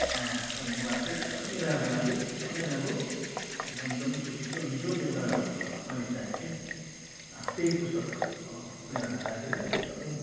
मैले मगाएको थिएँ एकदमै राम्रो लाग्यो एकदमै राम्रो अब एकदमै खुसी छु अनि जुन एउटा म मैले चाहेको थिएँ त्यही पुस्तक मेरो हात लाग्यो र एकदमै